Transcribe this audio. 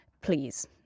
please